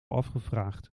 afgevraagd